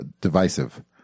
divisive